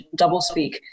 doublespeak